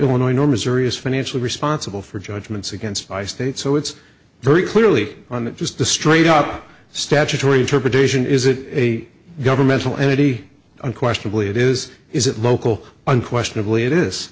illinois enormous serious financially responsible for judgments against my state so it's very clearly on that just a straight up statutory interpretation is it a governmental entity unquestionably it is is it local unquestionably it